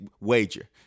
wager